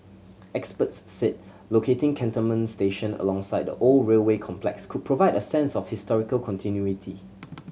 experts said locating Cantonment station alongside the old railway complex could provide a sense of historical continuity